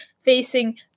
facing